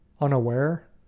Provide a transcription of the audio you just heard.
unaware